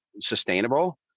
sustainable